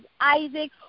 Isaac